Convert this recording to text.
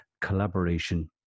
collaboration